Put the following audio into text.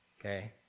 Okay